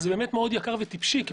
זה באמת מאוד יקר וטיפשי.